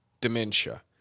dementia